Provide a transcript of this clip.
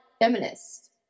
feminist